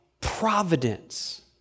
providence